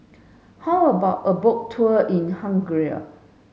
how about a boat tour in Hungary